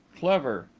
clever!